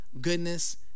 goodness